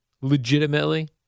legitimately